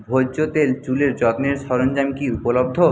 ভোজ্য তেল চুলের যত্নের সরঞ্জাম কি উপলব্ধ